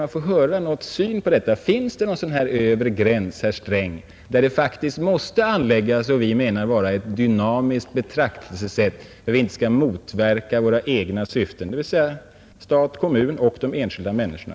Jag är intresserad av att få veta herr Strängs syn på frågan om det finns någon övre gräns där det faktiskt måste anläggas vad vi menar vara ett dynamiskt betraktelsesätt, för att vi inte skall motverka våra egna syften, dvs. att ge resurser åt stat, kommun och de enskilda människorna.